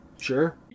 Sure